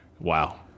Wow